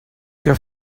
que